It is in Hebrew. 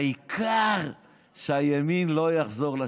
העיקר שהימין לא יחזור לשלטון.